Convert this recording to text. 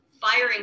firing